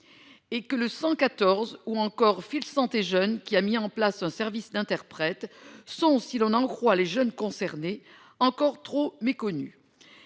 Et que le 114 ou encore Fil Santé Jeunes qui a mis en place un service d'interprètes sont si l'on en croit les jeunes concernés encore trop méconnu.